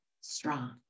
strong